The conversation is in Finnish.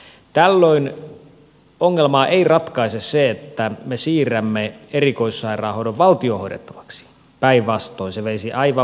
tällöin ongelmaa ei ratkaise se että me siirrämme erikoissairaanhoidon valtion hoidettavaksi päinvastoin se veisi aivan väärään suuntaan